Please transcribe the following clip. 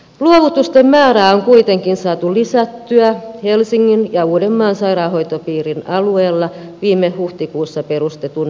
luovutusten määrää on kuitenkin saatu lisättyä helsingin ja uudenmaan sairaanhoitopiirin alueella viime huhtikuussa perustetun elinluovutustyöryhmän myötä